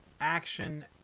action